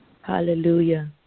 Hallelujah